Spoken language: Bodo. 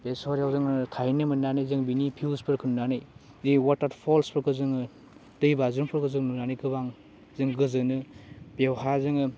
बे छरायाव जोङो थाहैनो मोननानै जों बिनि भियसफोरखौ नुनानै बि वाटार फल्सफोरखौ जोङो दैबाज्रुमफोरखौ जों नुनानै गोबां जों गोजोनो बेवहा जोङो